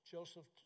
Joseph